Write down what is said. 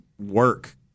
work